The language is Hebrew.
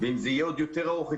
ואם זה עוד יותר ארוך,